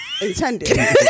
intended